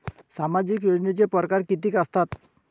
सामाजिक योजनेचे परकार कितीक असतात?